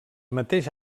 mateix